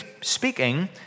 speaking